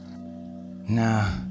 Nah